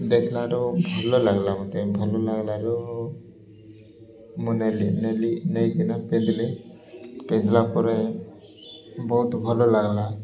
ଦେଖିଲାରୁ ଭଲ ଲାଗିଲା ମୋତେ ଭଲ ଲାଗିଲାରୁ ମୁଁ ନେଲି ନେଲି ନେଇକିନା ପିନ୍ଧିଲି ପିନ୍ଧିଲା ପରେ ବହୁତ ଭଲ ଲାଗିଲା